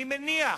אני מניח